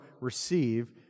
receive